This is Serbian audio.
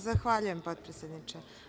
Zahvaljujem potpredsedniče.